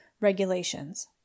regulations